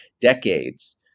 decades